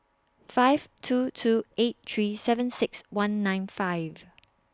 five two two eight three seven six one nine five